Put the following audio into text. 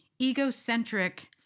egocentric